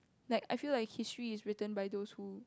like I feel like history is written by those who